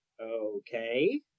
Okay